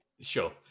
sure